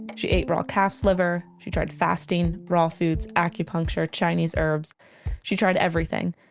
and she ate raw calf's liver she tried fasting, raw foods, acupuncture, chinese herbs she tried everything.